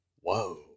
Whoa